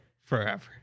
Forever